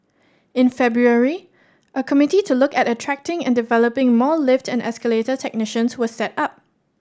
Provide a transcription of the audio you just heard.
in February a committee to look at attracting and developing more lift and escalator technicians was set up